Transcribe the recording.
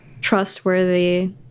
trustworthy